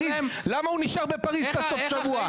למה הוא נשאר בפאריז את סוף השבוע?